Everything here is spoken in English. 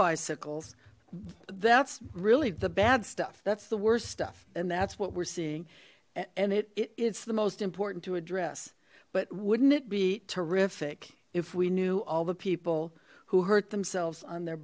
bicycles that's really the bad stuff that's the worst stuff and that's what we're seeing and it's the most important to address but wouldn't it be terrific if we knew all the people who hurt themselves on their